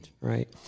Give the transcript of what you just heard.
Right